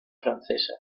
francesa